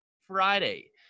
Friday